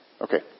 Okay